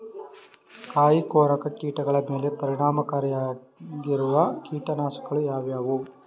ಕಾಯಿಕೊರಕ ಕೀಟಗಳ ಮೇಲೆ ಪರಿಣಾಮಕಾರಿಯಾಗಿರುವ ಕೀಟನಾಶಗಳು ಯಾವುವು?